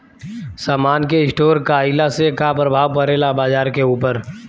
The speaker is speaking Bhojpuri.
समान के स्टोर काइला से का प्रभाव परे ला बाजार के ऊपर?